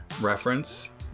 reference